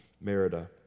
Merida